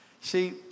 See